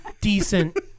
decent